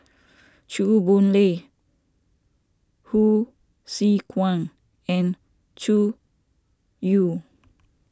Chew Boon Lay Hsu Tse Kwang and Zhu You